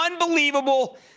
unbelievable